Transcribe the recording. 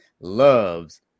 loves